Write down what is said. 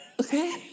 Okay